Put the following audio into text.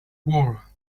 war